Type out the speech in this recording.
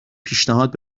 پیشنهاد